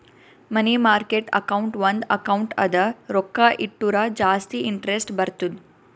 ಮನಿ market account ಒಂದ್ account ಅದ ರೊಕ್ಕಾ ಇಟ್ಟುರ ಜಾಸ್ತಿ ಇಂಟರೆಸ್ಟ್ ಬರ್ತುದ್